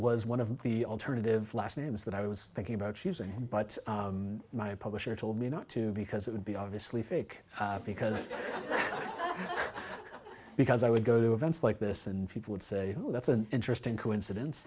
was one of the alternative last names that i was thinking about using but my publisher told me not to because it would be obviously fake because because i would go to events like this and people would say oh that's an interesting coincidence